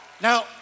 Now